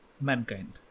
mankind